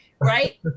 right